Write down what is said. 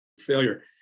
failure